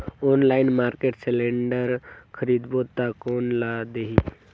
Online market cylinder खरीदबो ता कोन ला देही?